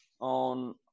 on –